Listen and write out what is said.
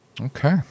Okay